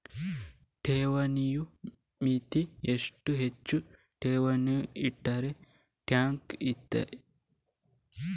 ಠೇವಣಿಯ ಮಿತಿ ಎಷ್ಟು, ಹೆಚ್ಚು ಠೇವಣಿ ಇಟ್ಟರೆ ಟ್ಯಾಕ್ಸ್ ಇದೆಯಾ?